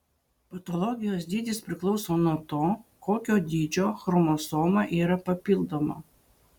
patologijos dydis priklauso nuo to kokio dydžio chromosoma yra papildoma